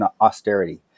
austerity